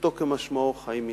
פשוטו כמשמעו, חיים מנגד.